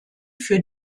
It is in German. für